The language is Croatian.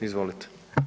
Izvolite.